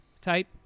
type